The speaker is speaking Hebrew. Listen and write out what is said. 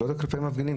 ולא רק כלפי מפגינים,